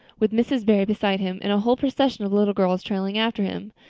with mrs. barry beside him and a whole procession of little girls trailing after him.